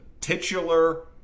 Titular